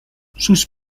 sus